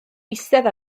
eistedd